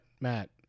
Matt